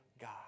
God